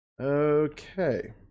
Okay